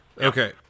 Okay